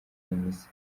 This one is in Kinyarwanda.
misa